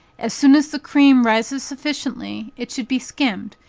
as soon as the cream rises sufficiently, it should be skimmed,